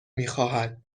میخواهد